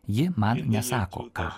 ji man nesako ką